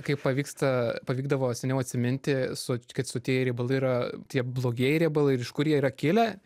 kaip pavyksta pavykdavo seniau atsiminti so kad sotieji riebalai yra tie blogieji riebalai ir iš kur jie yra kilę